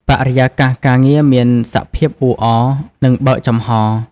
បរិយាកាសការងារមានសភាពអ៊ូអរ និងបើកចំហរ។